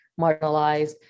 marginalized